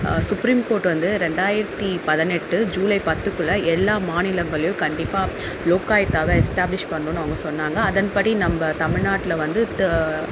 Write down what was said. supreme court வந்து ரெண்டாயிரத்து பதினெட்டு ஜூலை பத்துக்குள்ளே எல்லாம் மாநிலங்களையும் கண்டிப்பாக லோக்காயித்தாவை எஸ்டாப்ளிஷ் பண்ணும்னு அவங்க சொன்னாங்க அதன்படி நம்ம தமிழ்நாட்டுல வந்து ட